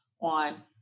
on